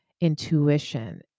intuition